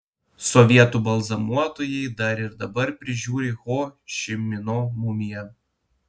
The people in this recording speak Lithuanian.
sovietų balzamuotojai dar ir dabar prižiūri ho ši mino mumiją